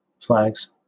flags